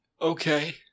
Okay